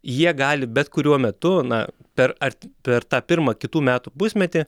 jie gali bet kuriuo metu na per ar per tą pirmą kitų metų pusmetį